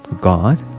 God